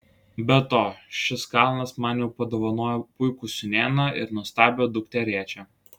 be to šis kalnas man jau padovanojo puikų sūnėną ir nuostabią dukterėčią